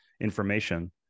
information